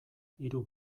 hiru